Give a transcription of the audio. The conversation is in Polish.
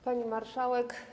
Pani Marszałek!